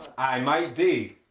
i might be.